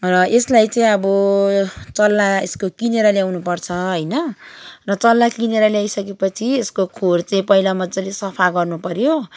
र यसलाई चाहिँ अब चल्ला यसको किनेर ल्याउनु पर्छ होइन र चल्ला किनेर ल्याइसकेपछि यसको खोर चाहिँ पहिला मज्जाले सफा गर्नु पऱ्यो